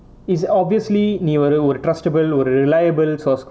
it's obviously நீ ஒரு ஒரு:nee oru oru trustable ஒரு:oru reliable source